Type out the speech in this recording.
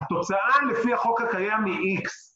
התוצאה לפי החוק הקיים היא איקס